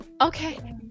okay